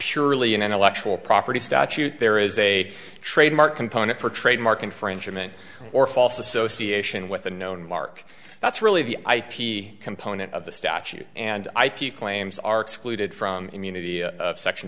purely an intellectual property statute there is a trademark component for trademark infringement or false association with a known mark that's really the ip component of the statute and i keep claims are excluded from immunity a section